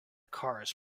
cars